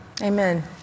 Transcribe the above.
Amen